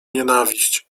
nienawiść